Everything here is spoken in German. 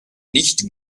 nicht